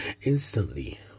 instantly